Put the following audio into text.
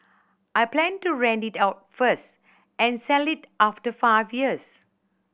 I plan to rent it out first and sell it after five years